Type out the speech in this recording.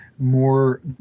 more